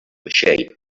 shape